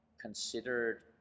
considered